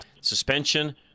Suspension